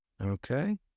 Okay